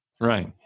Right